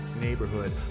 neighborhood